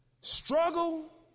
Struggle